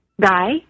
guy